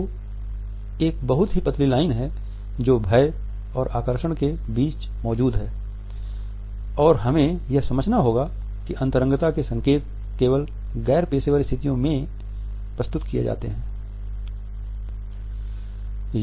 तो एक बहुत ही पतली लाइन है जो भय और आकर्षण के बीच मौजूद है और हमें यह समझना होगा कि अंतरंगता के संकेत केवल गैर पेशेवर स्थितियों में प्रस्तुत किए जाते हैं